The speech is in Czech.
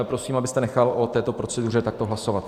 Prosím, abyste nechal o této proceduře takto hlasovat.